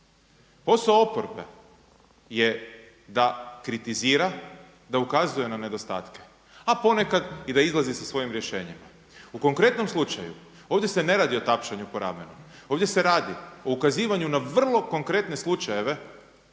Posao oporbe je da kritizira, da ukazuje na nedostatke, a ponekad i da izlazi sa svojim rješenjima. U konkretnom slučaju ovdje se ne radi o tapšanju po ramenu. Ovdje se radi o ukazivanju na vrlo konkretne slučajeve